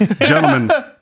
Gentlemen